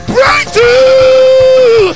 Breakthrough